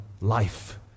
life